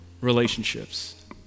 relationships